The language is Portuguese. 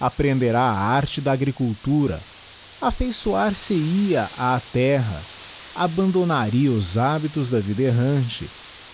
aprenderá a arte da agricultura affeiçoar se ia á terra abandonaria os hábitos da vida errante